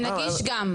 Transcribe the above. ונגיש גם.